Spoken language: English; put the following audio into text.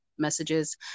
Messages